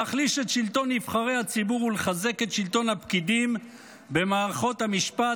להחליש את שלטון נבחרי הציבור ולחזק את שלטון הפקידים במערכות המשפט,